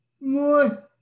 more